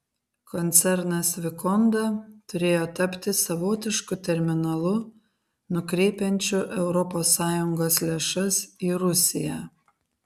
koncernas vikonda turėjo tapti savotišku terminalu nukreipiančiu europos sąjungos lėšas į rusiją